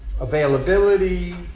availability